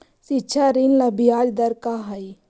शिक्षा ऋण ला ब्याज दर का हई?